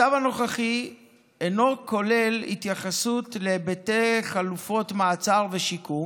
הצו הנוכחי אינו כולל התייחסות להיבטי חלופות מעצר ושיקום,